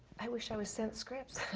i wish i was sent scripts